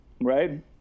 right